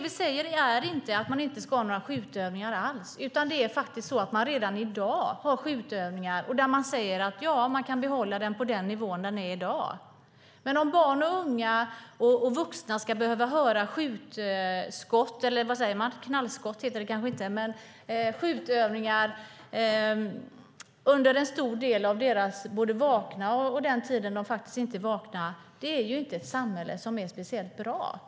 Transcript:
Vi säger inte att det inte ska vara några skjutövningar alls. Redan i dag sker skjutövningar. Vi säger att de kan behållas på dagens nivå. Men att barn, unga och vuxna ska behöva lyssna på skjutövningar under både vaken och icke-vaken tid är inte särskilt bra.